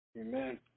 Amen